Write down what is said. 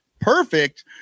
perfect